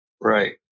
right